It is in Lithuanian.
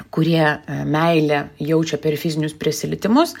kurie meilę jaučia per fizinius prisilietimus